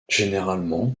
généralement